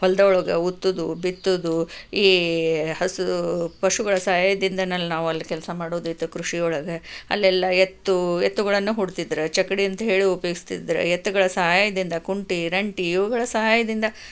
ಹೊಲದೊಳಗೆ ಉತ್ತುವುದು ಬಿತ್ತುವುದು ಈ ಹಸು ಪಶುಗಳ ಸಹಾಯದಿಂದನಲ್ ನಾವಲ್ಲಿ ಕೆಲಸ ಮಾಡೋದಿತ್ತು ಕೃಷಿ ಒಳಗೆ ಅಲ್ಲೆಲ್ಲ ಎತ್ತು ಎತ್ತುಗಳನ್ನು ಹೂಡ್ತಿದ್ರು ಚಕ್ಕಡಿ ಅಂತ ಹೇಳಿ ಉಪಯೋಗಿಸ್ತಿದ್ರು ಎತ್ತುಗಳ ಸಹಾಯದಿಂದ ಕುಂಟೆ ರಂಟೆ ಇವುಗಳ ಸಹಾಯದಿಂದ